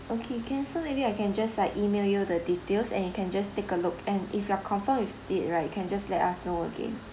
okay can so maybe I can just like email you the details and you can just take a look and if you are confirm with it right you can just let us know again